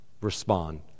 respond